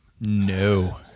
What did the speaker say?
No